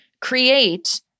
create